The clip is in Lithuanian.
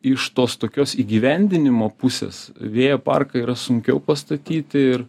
iš tos tokios įgyvendinimo pusės vėjo parką yra sunkiau pastatyti ir